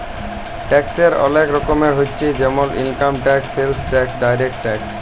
ট্যাক্সের ওলেক রকমের হচ্যে জেমল income tax, sales tax, direct tax